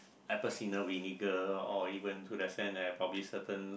apple cider vinegar or even to the sense that I probably certain